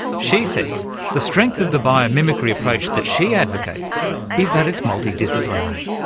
she says the strength of the biomimicry approach that she advocates is that it's multi-disciplinary.